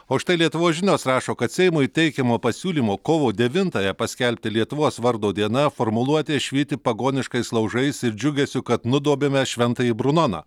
o štai lietuvos žinios rašo kad seimui teikiamo pasiūlymo kovo devintąją paskelbti lietuvos vardo diena formuluotė švyti pagoniškais laužais ir džiugesiu kad nudobėme šventąjį brunoną